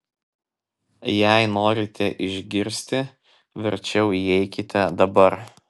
jei norite išgirsti verčiau įeikite dabar